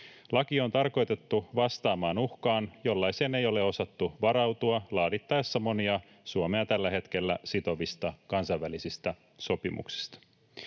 Laki on tarkoitettu vastaamaan uhkaan, jollaiseen ei ole osattu varautua laadittaessa monia Suomea tällä hetkellä sitovia kansainvälisiä sopimuksia.